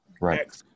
Right